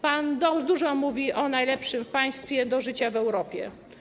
Pan dużo mówi o najlepszym państwie do życia w Europie.